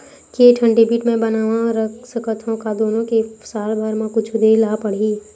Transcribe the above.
के ठन डेबिट मैं बनवा रख सकथव? का दुनो के साल भर मा कुछ दे ला पड़ही?